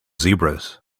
zebras